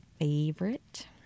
favorite